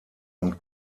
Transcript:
und